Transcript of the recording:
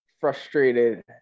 frustrated